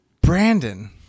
Brandon